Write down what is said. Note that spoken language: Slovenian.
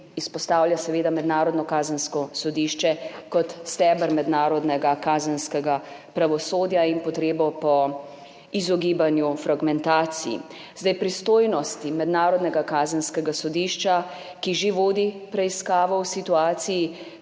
izpostavlja Mednarodno kazensko sodišče kot steber mednarodnega kazenskega pravosodja in potrebo po izogibanju fragmentaciji. Pristojnosti Mednarodnega kazenskega sodišča, ki že vodi preiskavo v situaciji